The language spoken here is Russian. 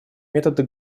методы